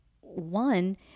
one